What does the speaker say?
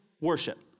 worship